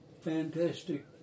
fantastic